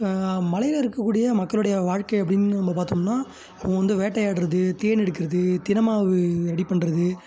மலையில் இருக்கக்கூடிய மக்களுடைய வாழ்க்கை அப்படின்னு நம்ம பார்த்தோம்னா அவங்க வந்து வேட்டையாடுவது தேன் எடுக்கிறது தினைமாவு ரெடி பண்ணுறது